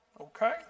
okay